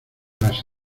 las